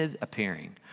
appearing